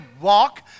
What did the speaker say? walk